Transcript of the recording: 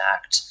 Act